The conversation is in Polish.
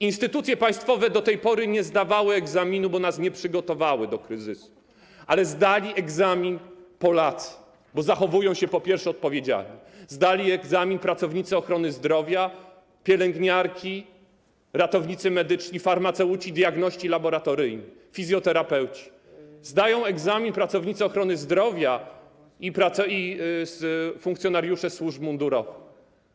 Instytucje państwowe do tej pory nie zdawały egzaminu, bo nas nie przygotowały do kryzysu, ale zdali egzamin Polacy, bo zachowują się, po pierwsze, odpowiedzialnie, zdali egzamin pracownicy ochrony zdrowia, pielęgniarki, ratownicy medyczni, farmaceuci, diagności laboratoryjni, fizjoterapeuci, zdają egzamin pracownicy ochrony zdrowia i funkcjonariusze służb mundurowych.